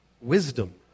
wisdom